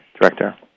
director